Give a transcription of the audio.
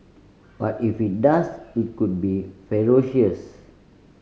but if it does it could be ferocious